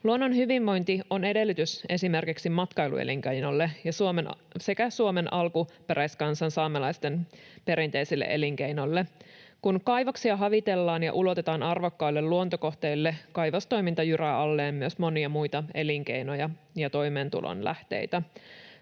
Luonnon hyvinvointi on edellytys esimerkiksi matkailuelinkeinolle sekä Suomen alkuperäiskansan saamelaisten perinteisille elinkeinoille. Kun kaivoksia havitellaan ja ulotetaan arvokkaille luontokohteille, kaivostoiminta jyrää alleen myös monia muita elinkeinoja ja toimeentulon lähteitä.